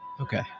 Okay